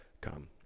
come